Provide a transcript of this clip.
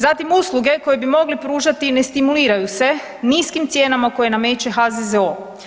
Zatim usluge koje bi mogli pružati ne stimuliraju se niskim cijenama koje nameće HZZO.